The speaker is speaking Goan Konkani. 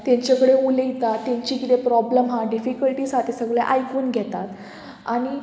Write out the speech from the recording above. तांचे कडेन उलयता तांची कितें प्रोब्लम आहा डिफिकल्टीज आहा ते सगळे आयकून घेतात आनी